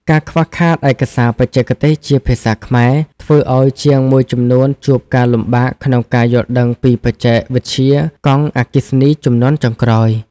ការខ្វះខាតឯកសារបច្ចេកទេសជាភាសាខ្មែរ ធ្វើឱ្យជាងមួយចំនួនជួបការលំបាកក្នុងការយល់ដឹងពីបច្ចេកវិទ្យាកង់អគ្គិសនីជំនាន់ចុងក្រោយ។